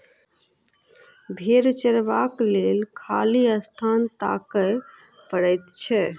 भेंड़ चरयबाक लेल खाली स्थान ताकय पड़ैत छै